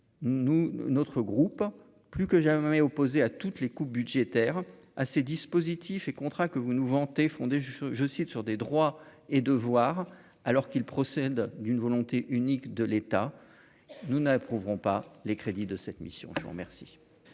Nous, notre groupe plus que j'ai un opposé à toutes les coupes budgétaires ah ces dispositifs et que vous nous vantez fondée je cite sur des droits et devoirs, alors qu'il procède d'une volonté unique de l'État, nous n'approuvons pas les crédits de cette mission, je vous remercie.